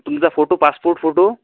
तुमचं photo passport photo